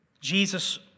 Jesus